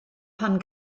pan